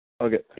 Okay